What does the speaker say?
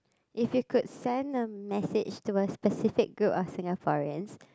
if you could send a message to a specific group of Singaporeans